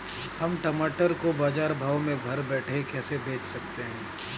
हम टमाटर को बाजार भाव में घर बैठे कैसे बेच सकते हैं?